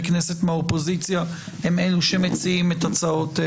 כנסת מהאופוזיציה הם אלו שמציעים את הצעות,